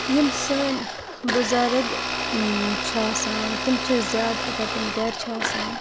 یِم سٲنۍ بُزرٕگ چھِ آسان تِم چھِ زیادٕ اگر تِم گرِ چھِ آسان